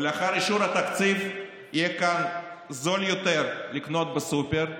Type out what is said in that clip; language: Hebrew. ולאחר אישור התקציב יהיה כאן זול יותר לקנות בסופר,